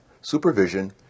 supervision